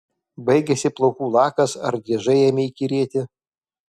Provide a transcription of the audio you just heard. baigėsi plaukų lakas ar driežai ėmė įkyrėti